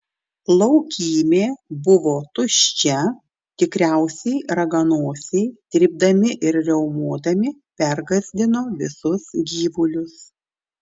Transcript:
laukymė buvo tuščia tikriausiai raganosiai trypdami ir riaumodami pergąsdino visus gyvulius